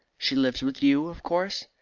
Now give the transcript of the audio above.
she lives with you, of course?